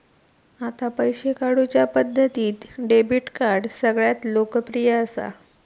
आता पैशे काढुच्या पद्धतींत डेबीट कार्ड सगळ्यांत लोकप्रिय असा